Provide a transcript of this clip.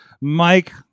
mike